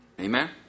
Amen